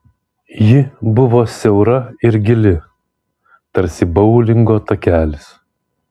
ji buvo siaura ir gili tarsi boulingo takelis